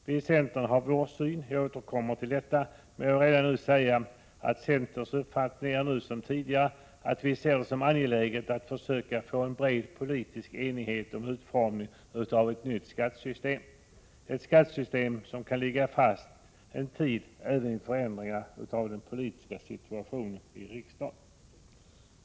Vi i centern har vår syn, jag återkommer till detta, men jag vill redan nu säga att centerns uppfattning är densamma som tidigare: vi ser det som angeläget att försöka nå en bred politisk enighet om utformningen av ett nytt skattesystem, ett skattesystem som kan ligga fast en tid även vid förändringar av den politiska situationen i riksdagen.